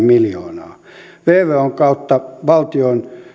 miljoonaa vvon kautta valtion